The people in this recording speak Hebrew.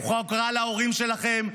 הוא חוק רע להורים שלכם,